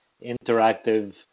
interactive